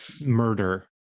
murder